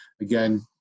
Again